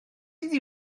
iddi